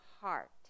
heart